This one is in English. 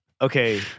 okay